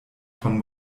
von